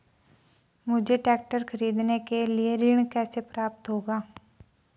मुझे ट्रैक्टर खरीदने के लिए ऋण कैसे प्राप्त होगा?